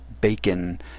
bacon